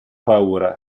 paura